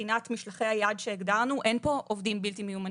מבחינת משלחי היד שהגדרנו אין פה עובדים בלתי מיומנים.